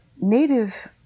Native